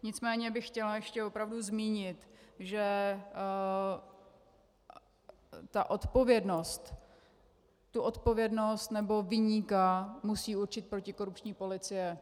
Nicméně bych chtěla ještě opravdu zmínit, že tu odpovědnost, nebo viníka musí určit protikorupční policie.